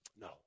No